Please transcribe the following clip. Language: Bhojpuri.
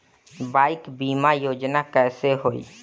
बाईक बीमा योजना कैसे होई?